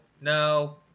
no